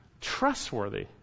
trustworthy